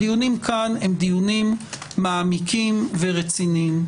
הדיונים כאן מעמיקים ורציניים.